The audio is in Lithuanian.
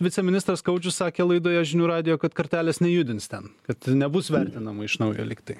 viceministras skaudžiu sakė laidoje žinių radijo kad kartelės nejudins ten kad nebus vertinama iš naujo lygtai